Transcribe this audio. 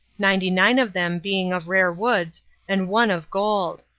ninety-nine of them being of rare woods and one of gold.